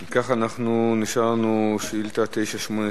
אם כך, אנחנו נשארנו עם שאילתא, שאלה נוספת,